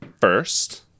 first